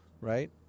right